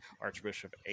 Archbishop